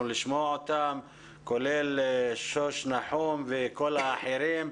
לשמוע אותם כולל שוש נחום וכל האחרים.